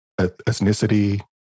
ethnicity